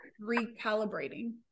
recalibrating